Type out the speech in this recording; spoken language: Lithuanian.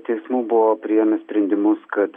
teismų buvo priėmę sprendimus kad